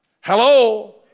Hello